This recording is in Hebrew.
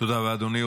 תודה, אדוני.